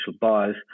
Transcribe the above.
buyers